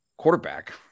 quarterback